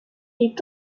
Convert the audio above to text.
est